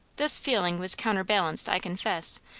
this feeling was counterbalanced, i confess,